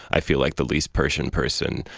i feel like the least persian person,